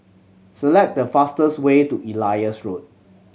select the fastest way to Elias Road